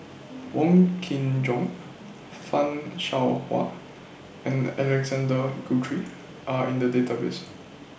Wong Kin Jong fan Shao Hua and Alexander Guthrie Are in The Database